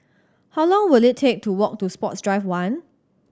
how long will it take to walk to Sports Drive One